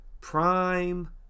prime